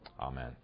Amen